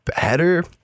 better